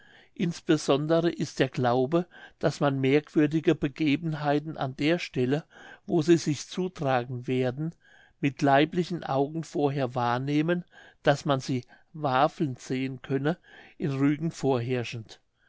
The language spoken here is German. insbesondere ist der glaube daß man merkwürdige begebenheiten an der stelle wo sie sich zutragen werden mit leiblichen augen vorher wahrnehmen daß man sie wafeln sehen könne in rügen vorherrschend